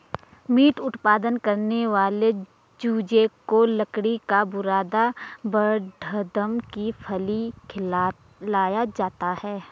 meet उत्पादन करने वाले चूजे को लकड़ी का बुरादा बड़दम की फली खिलाया जाता है